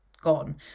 gone